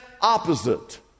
opposite